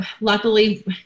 luckily